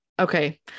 Okay